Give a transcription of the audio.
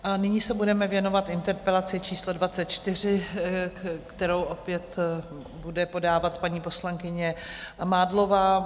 A nyní se budeme věnovat interpelaci číslo 24, kterou opět bude podávat paní poslankyně Mádlová.